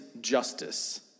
justice